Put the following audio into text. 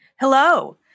Hello